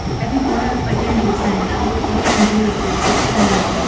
i think when a. like angie was saying, all ah you can do is just kind of